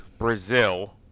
brazil